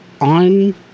on